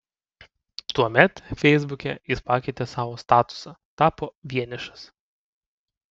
tuomet feisbuke jis pakeitė savo statusą tapo vienišas